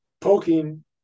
poking